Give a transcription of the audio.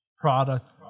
product